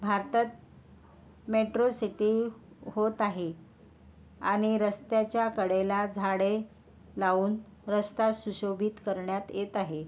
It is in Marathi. भारतात मेट्रोसिटी होत आहे आणि रस्त्याच्या कडेला झाडे लावून रस्ता सुशोभित करण्यात येत आहे